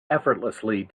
effortlessly